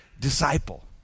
disciple